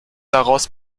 daraus